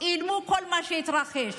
צילמו כל מה שהתרחש,